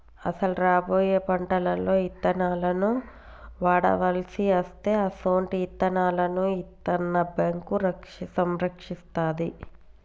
అసలు రాబోయే పంటలలో ఇత్తనాలను వాడవలసి అస్తే అసొంటి ఇత్తనాలను ఇత్తన్న బేంకు సంరక్షిస్తాది